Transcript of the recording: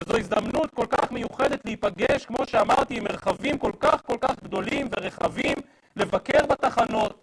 זו הזדמנות כל כך מיוחדת להיפגש, כמו שאמרתי, עם מרחבים כל כך כל כך גדולים ורחבים, לבקר בתחנות.